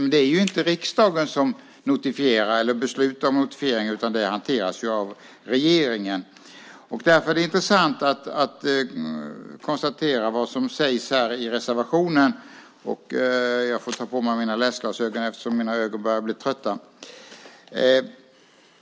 Men det är inte riksdagen som notifierar eller beslutar om notifiering utan det hanteras av regeringen. Det är därför intressant att konstatera vad som sägs i reservationen. Jag får ta på mig mina läsglasögon, eftersom mina ögon börjar bli trötta.